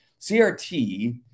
CRT